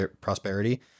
prosperity